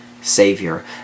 Savior